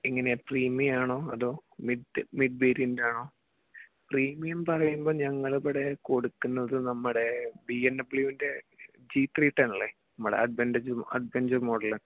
എങ്ങനെയാണ് പ്രീമിയം ആണോ അതോ മിഡ് മിഡ് വേരിയൻറ്റ് ആണോ പ്രീമിയം പറയുമ്പോൾ ഞങ്ങളിവിടെ കൊടുക്കുന്നത് നമ്മുടെ ബി എം ഡബ്ലിയുൻ്റെ ജി ത്രീ ടെൻ ഇല്ലേ നമ്മുടെ അഡ്വഞ്ച അഡ്വെഞ്ചർ മോഡല്